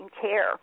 care